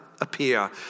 appear